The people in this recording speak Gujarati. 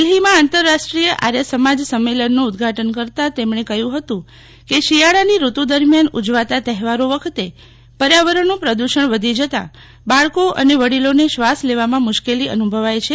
દિલ્હીમાં આંતરરાષ્ટ્રીય આર્ય સમાજ સંમેલનનું ઉદ્દઘાટન કરતાં તેમણે કહ્યું હતું શિયાળાની ઋતુ દરમિયાન ઉજવાતા તહેવારો વખતે પર્યાવરણનું પ્રદ્દષણ વધી જતાં બાળકો અને વડીલોને શ્વાસ લેવામાં મુશ્કેલી અનુભવાય છે